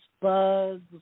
bugs